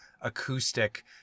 acoustic